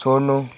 छोड्नु